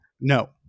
No